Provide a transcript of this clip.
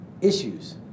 issues